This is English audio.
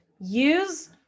use